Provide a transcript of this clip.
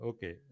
Okay